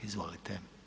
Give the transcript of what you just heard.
Izvolite.